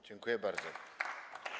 Dziękuję bardzo.